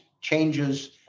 changes